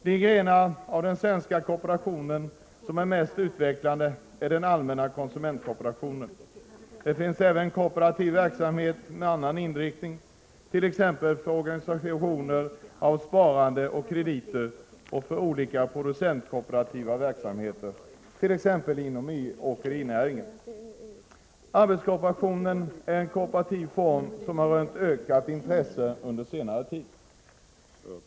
Den gren av den svenska kooperationen som är mest utvecklad är den allmänna konsumentkooperationen. Det finns även kooperativ verksamhet med annan inriktning, t.ex. för organisation av sparande och krediter och för olika producentkooperativa verksamheter, exempelvis inom åkerinäringen. Arbetskooperationen är en kooperativ form som har rönt ökat intresse under senare tid.